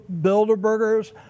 Bilderbergers